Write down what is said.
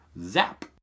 zap